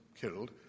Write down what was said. killed